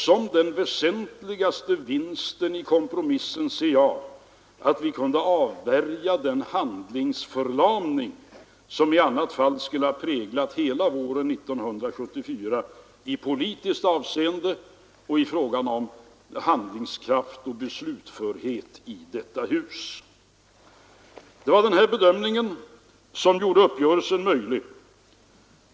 Som den väsentligaste vinsten i kompromissen ser jag att vi kunde avvärja den handlingsförlamning som i annat fall skulle ha präglat hela våren 1974 i politiskt avseende och i fråga om handlingskraft och beslutförhet i detta hus. Det var den bedömningen som gjorde uppgörelsen möjlig.